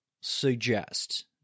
suggest